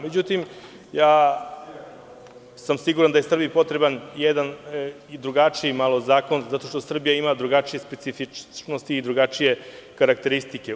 Međutim, siguran sam da je Srbiji potreban drugačiji zakon zato što Srbija ima drugačije specifičnosti i drugačije karakteristike.